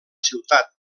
ciutat